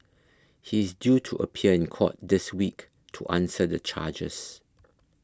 he is due to appear in court this week to answer the charges